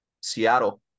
Seattle